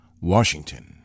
Washington